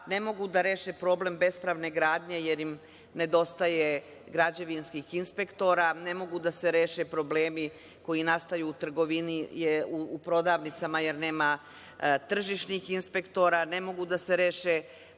ne mogu da reše problem bespravne gradnje jer im nedostaje građevinskih inspektora, ne mogu da se reše problemi koji nastaju u prodavnicama jer nema tržišnih inspektora, ne mogu da se reše problemi